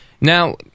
Now